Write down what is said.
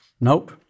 nope